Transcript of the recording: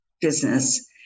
business